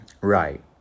Right